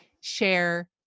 share